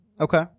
Okay